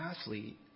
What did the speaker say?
athlete